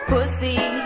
Pussy